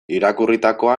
irakurritakoa